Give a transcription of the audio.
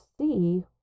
see